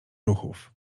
ruchów